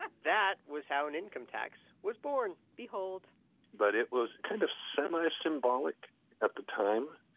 ah that was how an income tax was born behold but it was kind of semi-symbolic at the time.